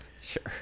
Sure